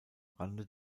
rande